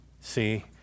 See